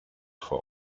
vor